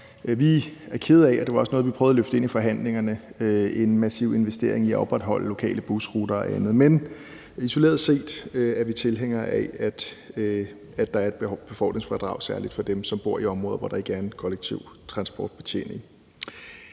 mulighed for at køre bil. Derfor prøvede vi også at løfte en massiv investering i at opretholde lokale busruter og andet ind i forhandlingerne. Men isoleret set er vi tilhængere af, at der er et befordringsfradrag særlig for dem, som bor i områder, hvor der ikke er en kollektiv transportbetjening.